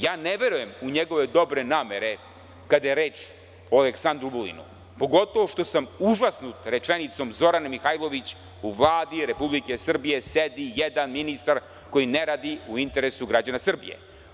Ja ne verujem u njegove dobre namere, kada je reč o Aleksandru Vulinu, pogotovo što sam užasnut rečenicom Zorane Mihajlović – u Vladi Republike Srbije sedi jedan ministar koji ne radi u interesu građana Srbije.